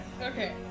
Okay